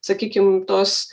sakykim tos